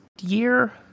year